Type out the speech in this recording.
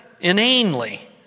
inanely